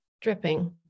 dripping